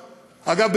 אגב,